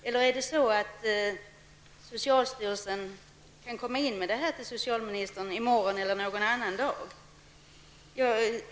Men är det så att socialstyrelsen i stället avser att komma in med sin framställning till socialministern i morgon eller inom den närmaste tiden?